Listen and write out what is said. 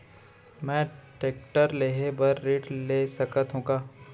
मैं टेकटर लेहे बर ऋण ले सकत हो का?